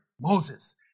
Moses